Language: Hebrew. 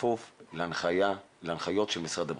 בכפוף להנחיות של משרד הבריאות.